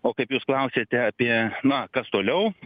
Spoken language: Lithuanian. o kaip jūs klausiate apie na kas toliau